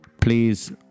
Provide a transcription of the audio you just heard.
please